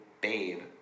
babe